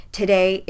today